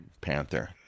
Panther